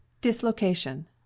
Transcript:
Dislocation